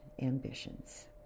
ambitions